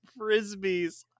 Frisbees